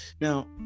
Now